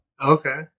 okay